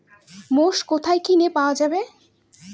মোষ কোথায় কিনে পাওয়া যাবে?